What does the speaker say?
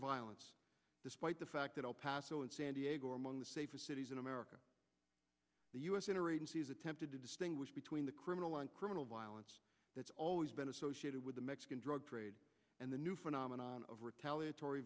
violence despite the fact that all paso and san diego among the safest cities in america the u s inner agencies attempted to distinguish between the criminal and criminal violence that's always been associated with the mexican drug trade and the new phenomenon of retaliatory